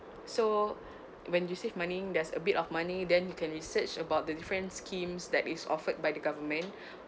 so when you save money there's a bit of money then you can research about the different schemes that is offered by the government